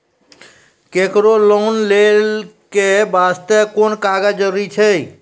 केकरो लोन लै के बास्ते कुन कागज जरूरी छै?